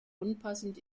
unpassend